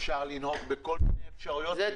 אפשר לבחור בכל מיני אפשרויות.